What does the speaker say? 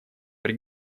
при